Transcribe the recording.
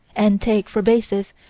and take for bases,